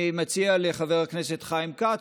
אני מציע לחבר הכנסת חיים כץ,